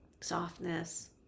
softness